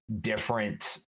different